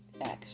action